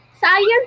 Science